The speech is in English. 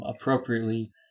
appropriately